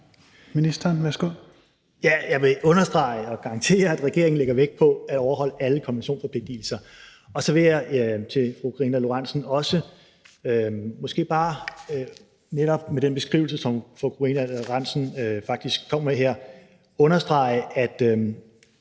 Jeg vil understrege og garantere, at regeringen lægger vægt på at overholde alle konventionsforpligtigelser. Så vil jeg til fru Karina Lorentzen Dehnhardt